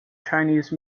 chinese